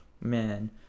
man